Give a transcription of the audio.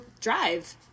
drive